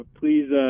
please